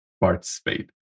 participate